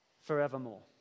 forevermore